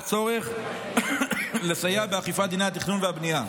צורך לסייע באכיפת דיני התכנון והבנייה.